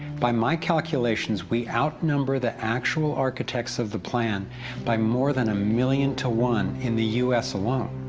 by my calculations, we outnumber the actual architects of the plan by more than a million to one, in the u s. alone.